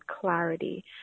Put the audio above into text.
clarity